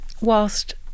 whilst